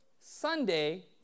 Sunday